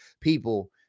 people